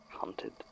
hunted